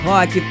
Rock